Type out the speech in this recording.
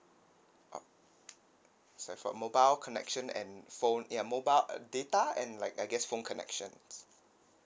oh sorry for mobile connection and phone ya mobile uh data and like I guess phone connections